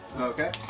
Okay